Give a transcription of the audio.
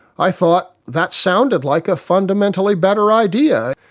i thought that sounded like a fundamentally better idea.